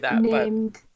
named